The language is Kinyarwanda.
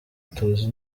tuzi